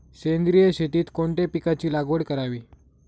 सेंद्रिय शेतीत कोणत्या पिकाची लागवड करावी?